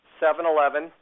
7-Eleven